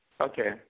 Okay